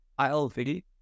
ILV